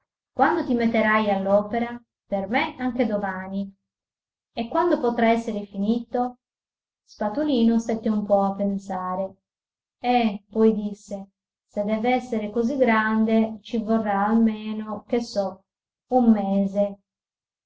quando ti metterai all'opera per me anche domani e quando potrà esser finito spatolino stette un po a pensare eh poi disse se dev'essere così grande ci vorrà almeno che so un mese